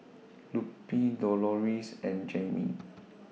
Lupe Doloris and Jaime